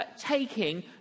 taking